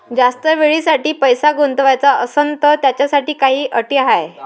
जास्त वेळेसाठी पैसा गुंतवाचा असनं त त्याच्यासाठी काही अटी हाय?